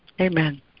Amen